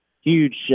huge